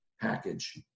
package